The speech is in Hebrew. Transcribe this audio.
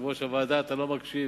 יושב-ראש הוועדה, אתה לא מקשיב,